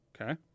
Okay